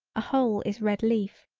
a hole is red leaf.